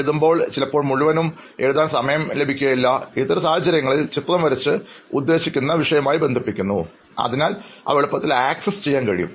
എഴുതുമ്പോൾ ചിലപ്പോൾ മുഴുവനും എഴുതാൻ സമയം എനിക്ക് ലഭിക്കുകയില്ല ഇത്തരം സാഹചര്യങ്ങളിൽ ചിത്രം വരച്ച് ഉദ്ദേശിച്ച വിഷയവുമായി ബന്ധിപ്പിക്കുന്നു അതിനാൽ അവ എളുപ്പത്തിൽ ആക്സസ് ചെയ്യാൻ കഴിയും